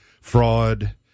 fraud